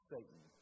Satan